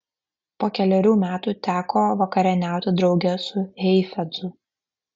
po kelerių metų teko vakarieniauti drauge su heifetzu